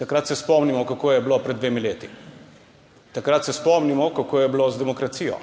takrat se spomnimo, kako je bilo pred dvema letoma. Takrat se spomnimo, kako je bilo z demokracijo.